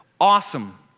Awesome